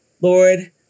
Lord